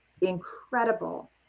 incredible